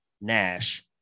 Nash